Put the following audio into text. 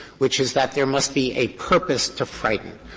which is that there must be a purpose to frighten.